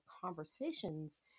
conversations